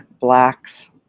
blacks